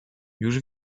już